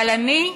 אבל אני?